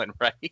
right